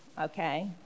okay